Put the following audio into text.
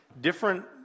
different